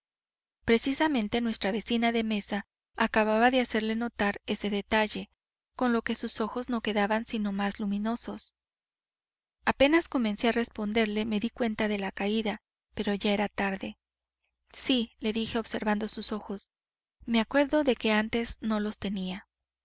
precisamente nuestra vecina de mesa acababa de hacerle notar ese detalle con lo que sus ojos no quedaban sino más luminosos apenas comencé a responderle me di cuenta de la caída pero ya era tarde sí le dije observando sus ojos me acuerdo de que antes no los tenía